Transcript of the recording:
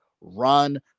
run